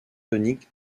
tonique